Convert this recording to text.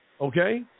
Okay